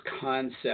concept